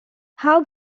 how